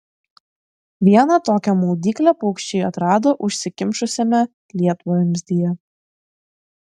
vieną tokią maudyklę paukščiai atrado užsikimšusiame lietvamzdyje